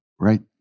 Right